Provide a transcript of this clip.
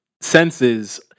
senses